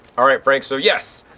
alright frank. so yes,